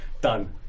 Done